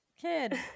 kid